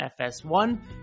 FS1